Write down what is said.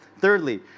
Thirdly